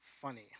funny